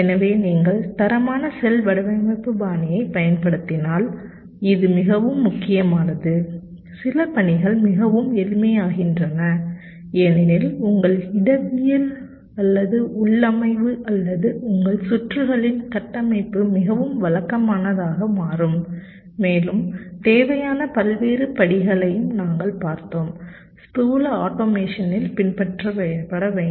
எனவே நீங்கள் தரமான செல் வடிவமைப்பு பாணியைப் பயன்படுத்தினால் இது மிகவும் முக்கியமானது சில பணிகள் மிகவும் எளிமையாகின்றன ஏனெனில் உங்கள் இடவியல் அல்லது உள்ளமைவு அல்லது உங்கள் சுற்றுகளின் கட்டமைப்பு மிகவும் வழக்கமானதாக மாறும் மேலும் தேவையான பல்வேறு படிகளையும் நாங்கள் பார்த்தோம் ஸ்தூல ஆட்டோமேஷனில் பின்பற்றப்பட வேண்டும்